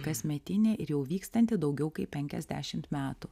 kasmetinė ir jau vykstanti daugiau kaip penkiasdešimt metų